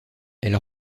elles